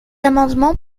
amendement